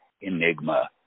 Enigma